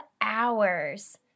hours